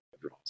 draws